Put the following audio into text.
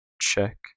check